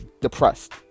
depressed